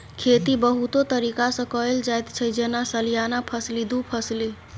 खेती बहुतो तरीका सँ कएल जाइत छै जेना सलियाना फसली, दु फसली